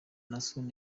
naason